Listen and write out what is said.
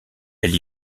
elle